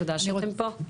תודה שאתם פה.